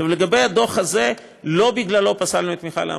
עכשיו, הדוח הזה, לא בגללו פסלנו את מכל האמוניה.